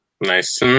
nice